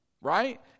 Right